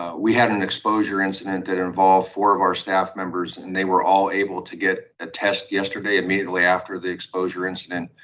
we had an exposure incident that involved four of our staff members and they were all able to get a test yesterday immediately after the exposure incident,